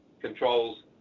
controls